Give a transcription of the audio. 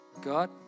God